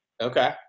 Okay